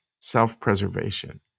self-preservation